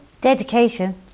Dedication